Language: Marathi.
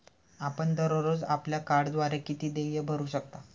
आपण दररोज आपल्या कार्डद्वारे किती देय भरू शकता?